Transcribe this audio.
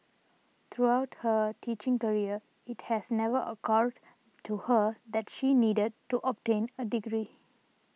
throughout her teaching career it has never occurred to her that she needed to obtain a degree